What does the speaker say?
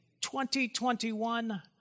2021